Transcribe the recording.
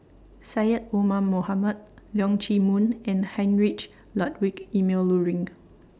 Syed Omar Mohamed Leong Chee Mun and Heinrich Ludwig Emil Luering